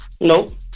Nope